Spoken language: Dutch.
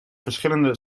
verschillende